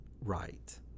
right